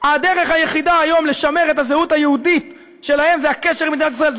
הדרך היחידה היום לשמר את הזהות היהודית שלהם זה הקשר עם מדינת ישראל.